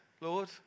Lord